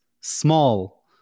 small